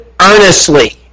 earnestly